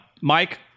Mike